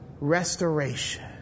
Restoration